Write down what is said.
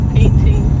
painting